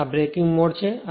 અને આ breaking mode છે